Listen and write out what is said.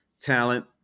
talent